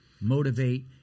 motivate